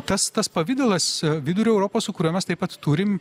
tas tas pavidalas vidurio europos sukuriamas taip pat turim